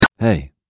Hey